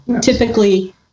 Typically